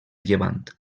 llevant